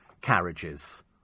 carriages